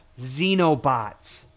Xenobots